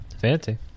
fancy